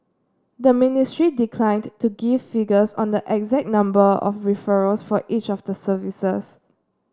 the ministry declined to give figures on the exact number of referrals for each of the services